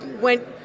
went